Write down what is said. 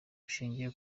bushingiye